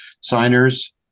signers